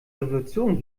revolution